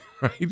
right